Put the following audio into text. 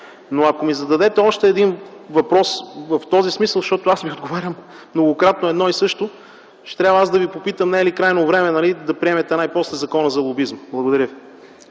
Но ако ми зададете още един въпрос в този смисъл, защото Ви отговарям многократно едно и също, ще трябва аз да Ви попитам: не е ли крайно време да приемете най-после Закона за лобизма? Благодаря ви.